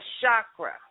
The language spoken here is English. chakra